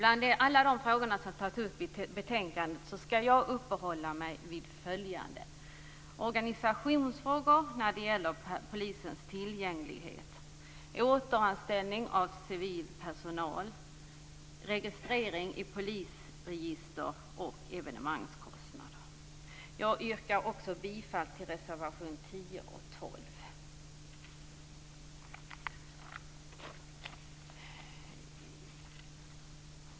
Av alla de frågor som tas upp i betänkandet skall jag uppehålla vid följande: organisationsfrågor - det gäller polisens tillgänglighet - återanställning av civil personal, registrering i polisregister och evenemangskostnader. Jag yrkar också bifall till reservation 10 och 12.